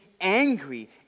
angry